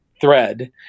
thread